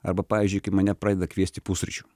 arba pavyzdžiui kaip mane pradeda kviesti pusryčių